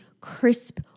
crisp